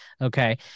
okay